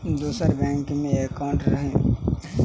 दोसर बैंकमे एकाउन्ट रखनिहार लोक अहि बैंक सँ लोन लऽ सकैत अछि की?